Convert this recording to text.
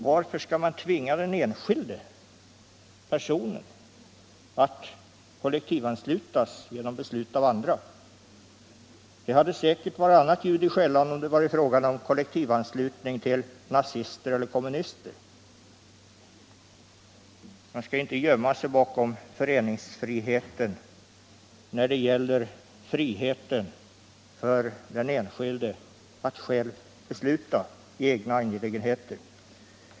Varför skall man tvinga den enskilda personen att kollektivanslutas genom beslut av andra? Det hade säkerligen varit annat ljud i skällan om det varit fråga om kollektivanslutning till ett nazistiskt eller ett kommunistiskt parti. Man kan inte gömma sig bakom föreningsfriheten när det gäller friheten för den enskilde att själv besluta i egna angelägenheter.